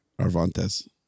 Arvantes